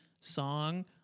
song